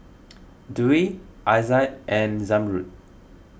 Dwi Aizat and Zamrud